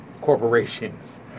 corporations